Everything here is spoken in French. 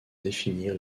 définir